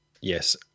yes